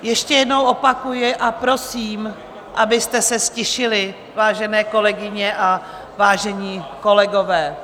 Ještě jednou opakuji a prosím, abyste se ztišili, vážené kolegyně a vážení kolegové!